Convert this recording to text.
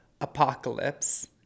apocalypse